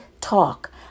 talk